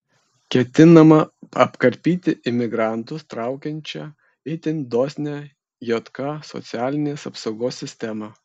ketinama apkarpyti imigrantus traukiančią itin dosnią jk socialinės apsaugos sistemą